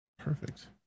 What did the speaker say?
perfect